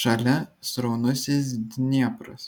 šalia sraunusis dniepras